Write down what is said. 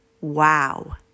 wow